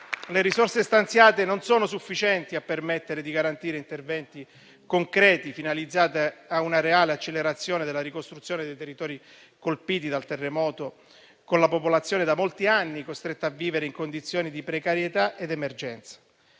Le risorse stanziate non sono sufficienti a permettere di garantire interventi concreti, finalizzati a una reale accelerazione della ricostruzione dei territori colpiti dal terremoto, con la popolazione da molti anni costretta a vivere in condizioni di precarietà ed emergenza.